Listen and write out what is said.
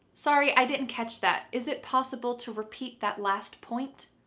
sorry, i didn't catch that. is it possible to repeat that last point?